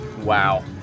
Wow